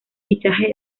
fichaje